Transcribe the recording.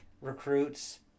recruits